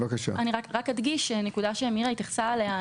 רק אדגיש נקודה שמירה התייחסה אליה,